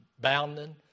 bounding